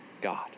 God